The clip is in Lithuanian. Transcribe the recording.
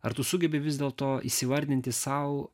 ar tu sugebi vis dėlto įsivardinti sau